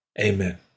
Amen